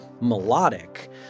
melodic